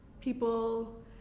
people